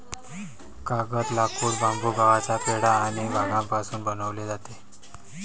कागद, लाकूड, बांबू, गव्हाचा पेंढा आणि भांगापासून बनवले जातो